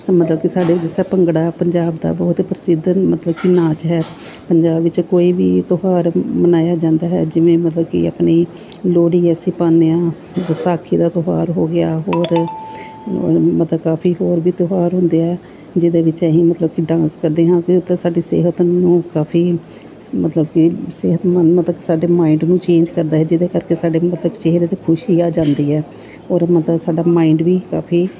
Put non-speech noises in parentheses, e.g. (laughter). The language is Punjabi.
(unintelligible) ਮਤਲਬ ਕਿ ਸਾਡੇ ਜਿਸ ਤਰ੍ਹਾਂ ਭੰਗੜਾ ਪੰਜਾਬ ਦਾ ਬਹੁਤ ਪ੍ਰਸਿੱਧ ਮਤਲਬ ਕਿ ਨਾਚ ਹੈ ਪੰਜਾਬ ਵਿੱਚ ਕੋਈ ਵੀ ਤਿਉਹਾਰ ਮਨਾਇਆ ਜਾਂਦਾ ਹੈ ਜਿਵੇਂ ਮਤਲਬ ਕਿ ਆਪਣੀ ਲੋਹੜੀ ਅਸੀਂ ਪਾਉਂਦੇ ਹਾਂ ਵਿਸਾਖੀ ਦਾ ਤਿਉਹਾਰ ਹੋ ਗਿਆ ਹੋਰ ਮਤਲਬ ਕਾਫੀ ਹੋਰ ਵੀ ਤਿਉਹਾਰ ਹੁੰਦੇ ਆ ਜਿਹਦੇ ਵਿੱਚ ਅਸੀਂ ਮਤਲਬ ਕਿ ਡਾਂਸ ਕਰਦੇ ਹਾਂ ਅਤੇ ਉਹ ਤਾਂ ਸਾਡੀ ਸਿਹਤ ਨੂੰ ਕਾਫੀ ਮਤਲਬ ਕਿ ਸਿਹਤਮੰਦ ਮਤਲਬ ਕਿ ਸਾਡੇ ਮਾਇੰਡ ਨੂੰ ਚੇਂਜ ਕਰਦਾ ਹੈ ਜਿਹਦੇ ਕਰਕੇ ਸਾਡੇ ਮਤਲਬ ਕਿ ਚਿਹਰੇ 'ਤੇ ਖੁਸ਼ੀ ਆ ਜਾਂਦੀ ਹੈ ਔਰ ਮਤਲਬ ਸਾਡਾ ਮਾਇੰਡ ਵੀ ਕਾਫੀ